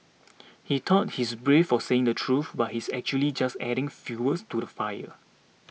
he thought he's brave for saying the truth but he's actually just adding fuels to the fire